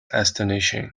astonishing